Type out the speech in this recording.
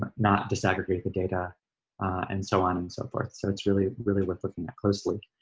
not disaggregate the data and so on and so forth. so it's really really worth looking at closely.